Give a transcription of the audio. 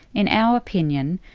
in our opinion,